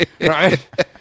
right